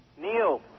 Neil